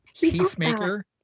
Peacemaker